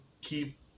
keep